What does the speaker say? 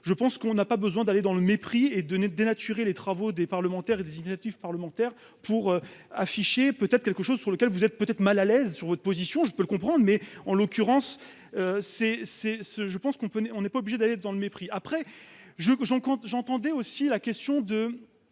je pense qu'on n'a pas besoin d'aller dans le mépris et donner dénaturer les travaux des parlementaires et des initiatives parlementaires pour afficher peut être quelque chose sur lequel vous êtes peut-être mal à l'aise sur votre position. Je peux le comprendre mais en l'occurrence. C'est c'est ce je pense qu'on peut on n'est pas obligé d'aller dans le mépris. Après je j'en compte j'entendais aussi la question de